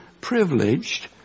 privileged